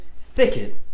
thicket